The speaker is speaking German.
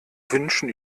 wünschen